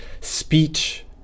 speech